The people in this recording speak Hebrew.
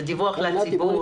זה דיווח לציבור,